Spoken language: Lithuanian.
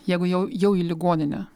jeigu jau jau į ligoninę